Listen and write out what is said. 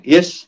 Yes